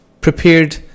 prepared